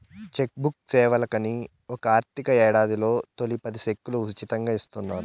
check book సేవలకని ఒక ఆర్థిక యేడాదిలో తొలి పది సెక్కులు ఉసితంగా ఇస్తున్నారు